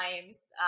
times